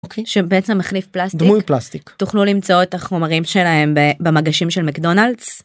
שם בעצם מחליף פלסטיק, דמוי פלסטיק, תוכלו למצוא את החומרים שלהם במגשים של מקדונלדס.